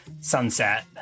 sunset